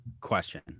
question